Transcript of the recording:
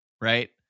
right